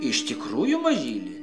iš tikrųjų mažyli